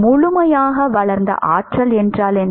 முழுமையாக வளர்ந்த ஆற்றல் என்றால் என்ன